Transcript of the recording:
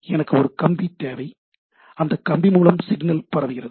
எனக்கு ஒரு கம்பி தேவை அந்தக் கம்பி மூலம் சிக்னல் பரவுகிறது